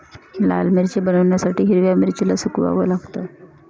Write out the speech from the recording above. लाल मिरची बनवण्यासाठी हिरव्या मिरचीला सुकवाव लागतं